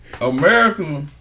America